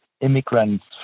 immigrants